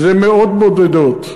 זה מאות בודדות.